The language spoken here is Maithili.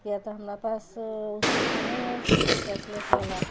कियाक तऽ हमरा पास सुविधा नहि अछि कैशलेसवला